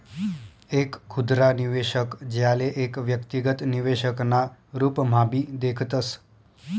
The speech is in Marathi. एक खुदरा निवेशक, ज्याले एक व्यक्तिगत निवेशक ना रूपम्हाभी देखतस